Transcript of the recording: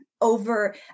over